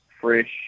fresh